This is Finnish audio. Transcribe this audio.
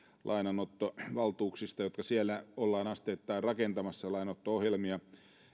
lainanottovaltuuksista joita siellä ollaan asteittain rakentamassa lainanotto ohjelmista